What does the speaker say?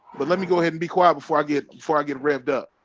but let me go ahead and be quiet before i get before i get revved up